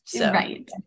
Right